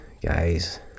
guys